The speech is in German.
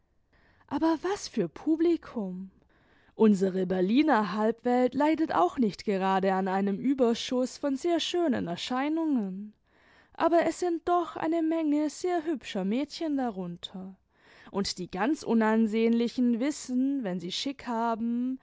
aber was für publikum unsere berliner halbwelt leidet auch nicht gerade an einem überschuß von sehr schönen erscheinungen aber es sind doch eine menge sehr hübscher mädchen darunter und die ganz unansehnlichen wissen wenn sie schick haben